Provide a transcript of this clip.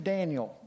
Daniel